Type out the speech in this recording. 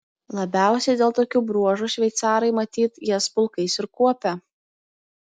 labiausiai dėl tokių bruožų šveicarai matyt jas pulkais ir kuopia